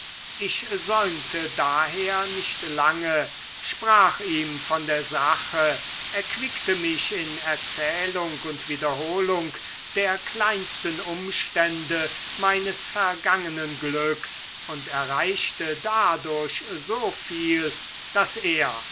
ich säumte daher nicht lange sprach ihm von der sache erquickte mich in erzählung und wiederholung der kleinsten umstände meines vergangenen glücks und erreichte dadurch so viel daß er